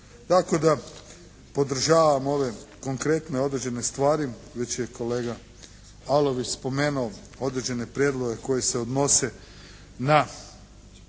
Tako da podržavam ove konkretne određene stvari, već je kolega Arlović spomenuo određene prijedloge koji se odnose na